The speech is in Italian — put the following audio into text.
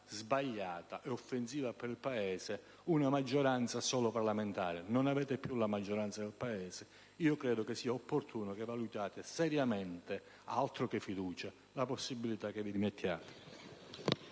sbagliata e offensiva per il Paese, una maggioranza solo parlamentare. Non avete più la maggioranza nel Paese e io credo che sia opportuno che valutiate seriamente, (altro che fiducia), la possibilità che vi dimettiate.